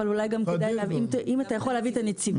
אם אתה יכול להביא את הנציבות,